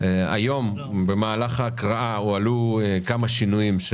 היום במהלך ההקראה הוצגו כמה שינויים,